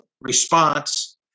response